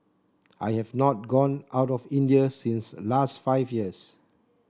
I have not gone out of India since last five years